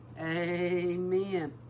amen